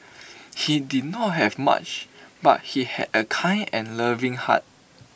he did not have much but he had A kind and loving heart